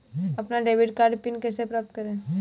अपना debit card PIN कैसे प्राप्त करें?